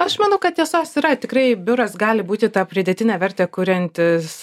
aš manau kad tiesos yra tikrai biuras gali būti tą pridėtinę vertę kuriantis